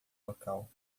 local